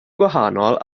gwahanol